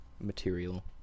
material